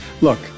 look